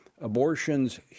abortion's